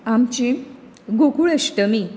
आमची गोकुळ अश्टमी